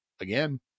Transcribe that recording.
again